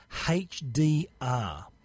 HDR